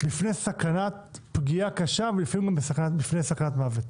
בפני סכנת פגיעה קשה ולפעמים גם בפני סכנת מוות.